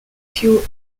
fuel